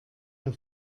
der